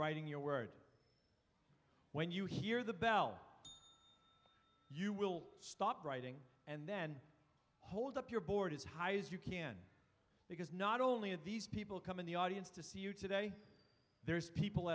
writing your word when you hear the bell you will stop writing and then hold up your board as high as you can because not only of these people come in the audience to see you today there's people